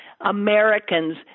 Americans